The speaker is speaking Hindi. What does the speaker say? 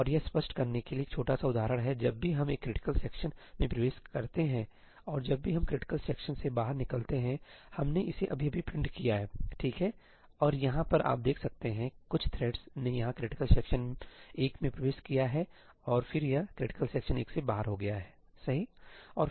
और यह स्पष्ट करने के लिए एक छोटा सा उदाहरण है कि जब भी हम एक क्रिटिकल सेक्शन में प्रवेश करते हैं और जब भी हम क्रिटिकल सेक्शन से बाहर निकलते हैंहमने इसे अभी अभी प्रिंट किया है ठीक है और यहाँ पर आप देख सकते हैं कुछ थ्रेडस ने यहाँ क्रिटिकल सेक्शन1 में प्रवेश किया है और फिर यह क्रिटिकल सेक्शन 1 से बाहर हो गया सही